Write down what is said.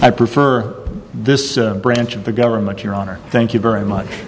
i prefer this branch of the government your honor thank you very much